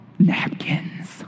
napkins